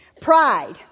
pride